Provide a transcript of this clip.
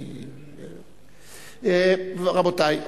רבותי,